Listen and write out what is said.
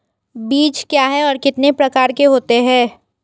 बीज क्या है और कितने प्रकार के होते हैं?